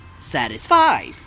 satisfied